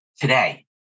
today